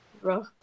bro